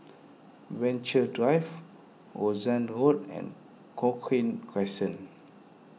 Venture Drive Rochdale Road and Cochrane Crescent